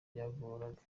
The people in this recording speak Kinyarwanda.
byagoraga